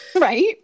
right